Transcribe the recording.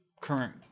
current